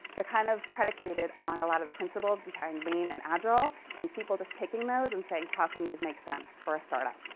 kind of predicated on a lot of the principles behind lean and agile and people just taking those and saying, how can these make sense for startup?